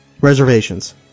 Reservations